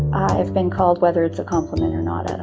i've been called, whether it's a compliment or not,